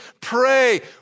pray